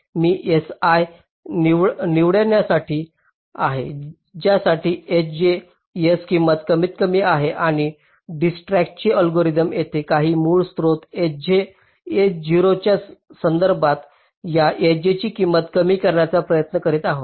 मी si निवडण्यासाठी आहे ज्यासाठी si S किंमत कमीतकमी आहे आणि डिजकस्ट्राची अल्गोरिदम येथे आम्ही मूळ स्त्रोत s0 च्या संदर्भात या sj ची किंमत कमी करण्याचा प्रयत्न करीत आहोत